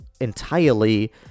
entirely